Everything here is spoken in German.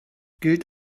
gilt